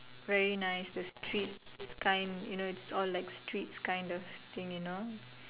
very nice there's streets kind you know is all like streets kind of thing you know